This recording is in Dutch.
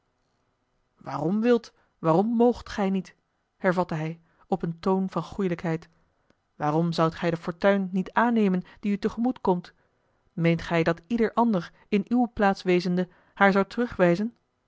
waarom wilt waarom moogt gij niet hervatte hij op een toon van goêlijkheid waarom zoudt gij de fortuin niet aannemen die u tegemoetkomt meent gij dat ieder ander in uwe plaats wezende haar zou